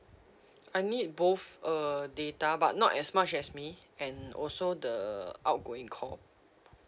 I need both uh data but not as much as me and also the outgoing call